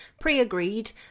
pre-agreed